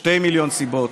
שני מיליון סיבות,